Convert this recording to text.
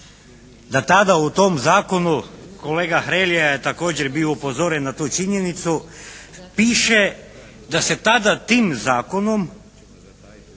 da tada u tom zakonu kolega Hrelja je također bio upozoren na tu činjenicu piše da se tada tim zakonom